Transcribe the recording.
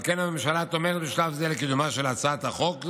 על כן הממשלה תומכת בשלב זה בקידומה של הצעת חוק זו,